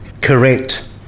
Correct